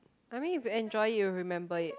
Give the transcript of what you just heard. I mean if you enjoy it you will remember it